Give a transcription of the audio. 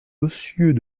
monsieur